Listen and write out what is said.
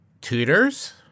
tutors